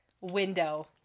window